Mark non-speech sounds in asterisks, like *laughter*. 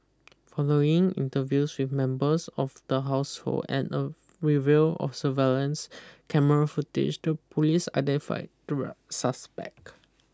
following interviews with members of the household and a review of surveillance camera footage to police identified *unintelligible* suspect